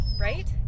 right